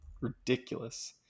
ridiculous